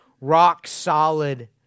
rock-solid